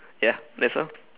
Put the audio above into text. ya that's all